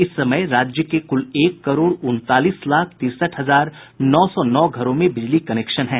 इस समय राज्य के कुल एक करोड़ उनतालीस लाख तिरसठ हजार नौ सौ नौ घरों में बिजली कनेक्शन है